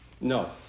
No